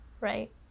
right